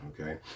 Okay